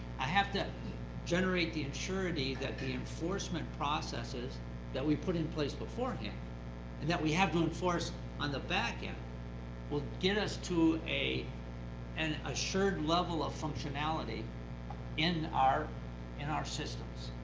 i have to generate the and surety that the enforcement processes that we've put in place beforehand and that we have to enforce on the back end will get us to an and assured level of functionality in our in our systems.